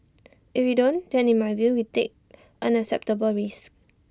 if we don't then in my view we take unacceptable risks